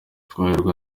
twahirwa